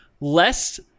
less